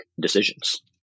decisions